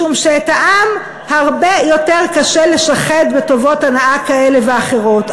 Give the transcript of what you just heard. משום שאת העם הרבה יותר קשה לשחד בטובות הנאה כאלה ואחרות.